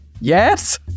yes